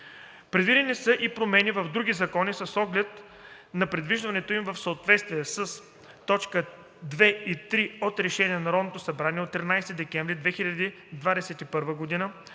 Предвидени са и промени в други закони с оглед на привеждането им в съответствие с т. 2 и 3 от Решението на Народното събрание от 13 декември 2021 г.